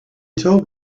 told